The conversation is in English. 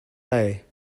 day